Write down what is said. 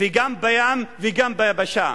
גם בים וגם ביבשה,